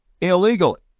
illegally